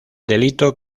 delito